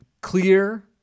clear